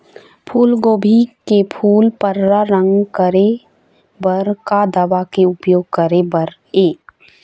फूलगोभी के फूल पर्रा रंग करे बर का दवा के उपयोग करे बर ये?